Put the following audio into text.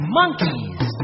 monkeys